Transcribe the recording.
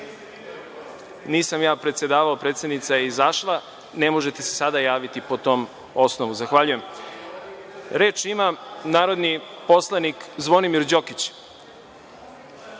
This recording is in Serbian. ja predsedavao. Predsednica je izašla, ne možete se sada javiti po tom osnovu. Zahvaljujem. Reč ima narodni poslanik Zvonimir Đokić.